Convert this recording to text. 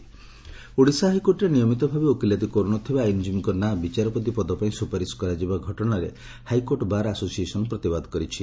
ବିଚାରପତି ପଦ ଓଡ଼ିଶା ହାଇକୋର୍ଟରେ ନିୟମିତ ଭାବେ ଓକିଲାତି କର୍ବନଥିବା ଆଇନ୍କୀବୀଙ୍କ ନାଁ ବିଚାରପତି ପଦ ପାଇଁ ସୁପାରିଶ କରାଯିବା ଘଟଶାର ହାଇକୋର୍ଟ ବାର୍ ଆସୋସିଏସନ୍ ପ୍ରତିବାଦ କରିଛି